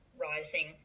rising